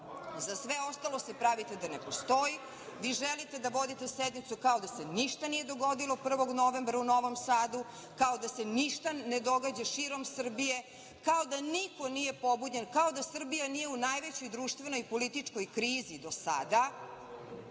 Za sve ostalo se pravite da ne postoji i želite da vodite sednicu kao da se ništa nije dogodilo 1. novembra u Novom Sadu, kao da se ništa ne događa širom Srbije, kao da niko nije pobunjen, kao da Srbija nije u najvećoj društvenoj političkoj krizi do sada.